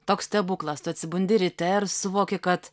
toks stebuklas tu atsibundi ryte ar suvoki kad